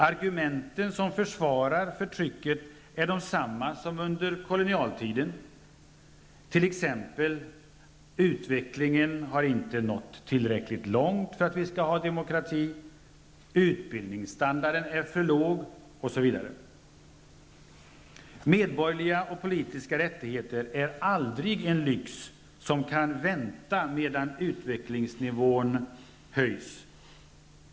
Argumenten som försvarar förtrycket är desamma som under kolonialtiden. Utvecklingen har t.ex. inte nått tillräckligt långt för att det skall vara demokrati, och utbildningsstandarden är för låg. Medborgerliga och politiska rättigheter är aldrig en lyx som kan vänta, medan utvecklingsnivån höjs.